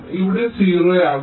ഇവിടെ 0 ആകും